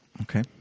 Okay